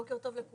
(באמצעות מצגת) בוקר טוב לכולם,